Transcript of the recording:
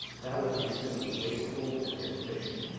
that would be simply wasteful and inefficient.